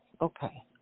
okay